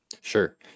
Sure